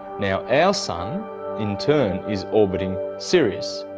now, our sun in turn is orbiting sirius.